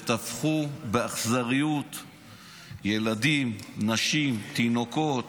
וטבחו באכזריות ילדים, נשים, תינוקות,